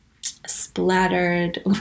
splattered